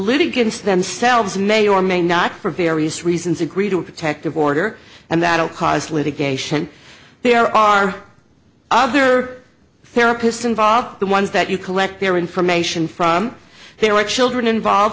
litigants themselves may or may not for various reasons agree to a protective order and that will cause litigation there are other therapists involved the ones that you collect their information from there are children involved